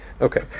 Okay